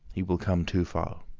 he will come too far.